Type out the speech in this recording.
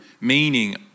meaning